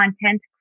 content